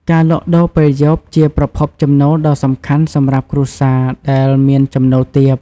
ការលក់ដូរពេលយប់ជាប្រភពចំណូលដ៏សំខាន់សម្រាប់គ្រួសារដែលមានចំណូលទាប។